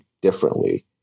differently